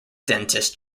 dentist